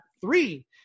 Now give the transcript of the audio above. three